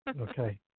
Okay